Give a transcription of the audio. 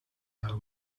our